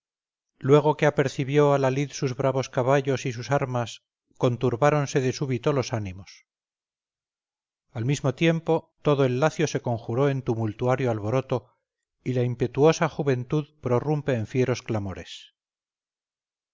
luego que apercibió a la lid sus bravos caballos y sus armas conturbáronse de súbito los ánimos al mismo tiempo todo el lacio se conjuró en tumultuario alboroto y la impetuosa juventud prorrumpe en fieros clamores